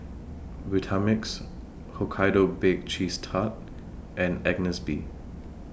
Vitamix Hokkaido Baked Cheese Tart and Agnes B